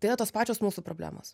tai yra tos pačios mūsų problemos